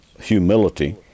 humility